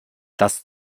das